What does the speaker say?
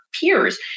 peers